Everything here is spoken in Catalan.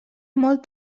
molt